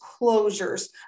closures